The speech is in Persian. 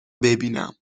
ببینم